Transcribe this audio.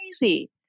crazy